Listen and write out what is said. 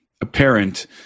apparent